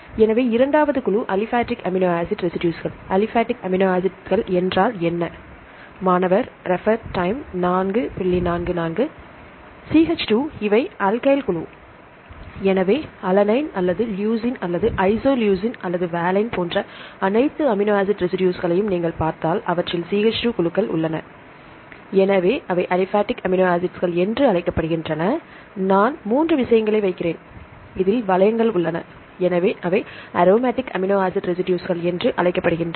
எனவே இரண்டாவது குழு அலிபாடிக் அமினோ ஆசிட் ரெசிடுஸ்கள் அலிபாடிக் அமினோ ஆசிட்கள் என்றால் என்ன